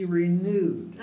renewed